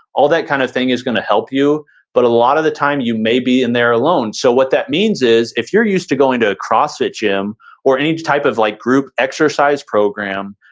all that kind of thing is gonna help you but a lot of the time, you may be in there alone. so what that means is if you're used to going to a crossfit gym or any type of like group exercise program,